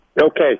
Okay